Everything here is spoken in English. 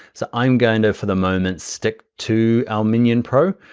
so i'm going to for the moment stick to our minion pro.